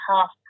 half